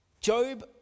Job